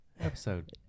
episode